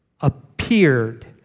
appeared